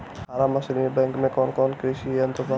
Form machinery bank में कौन कौन कृषि यंत्र बा?